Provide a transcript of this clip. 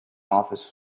office